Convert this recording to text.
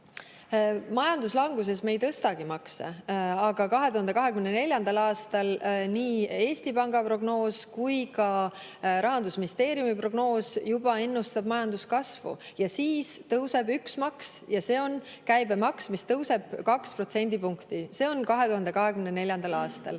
majanduslanguses me ei tõstagi makse, aga 2024. aastaks nii Eesti Panga prognoos kui ka Rahandusministeeriumi prognoos juba ennustavad majanduskasvu ja siis tõuseb üks maks, see on käibemaks, mis tõuseb kaks protsendipunkti. See on 2024. aastal.